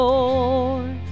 Lord